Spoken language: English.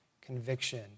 conviction